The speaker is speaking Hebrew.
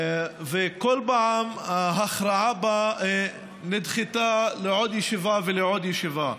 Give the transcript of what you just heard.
וכל פעם ההכרעה בה נדחתה לעוד ישיבה ולעוד ישיבה.